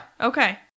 Okay